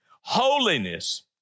holiness